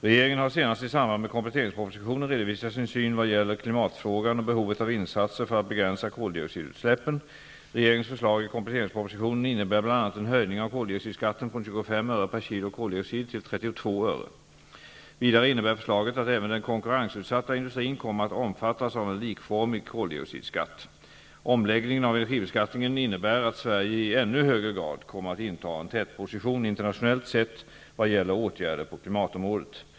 Regeringen har senast i samband med kompletteringspropositionen redovisat sin syn vad gäller klimatfrågan och behovet av insatser för att begränsa koldioxidutsläppen. Regeringens förslag i kompletteringspropositionen innebär bl.a. en höjning av koldioxidskatten från 25 öre per kg koldioxid till 32 öre. Vidare innebär förslaget att även den konkurrensutsatta industrin kommer att omfattas av en likformig koldioxidskatt. Sverige i ännu högre grad kommer att inta en tätposition internationellt sett vad gäller åtgärder på klimatområdet.